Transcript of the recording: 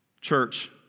Church